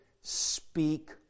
speak